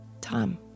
Tom